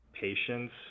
patience